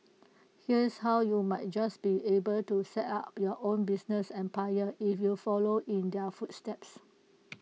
here's how you might just be able to set up your own business empire if you follow in their footsteps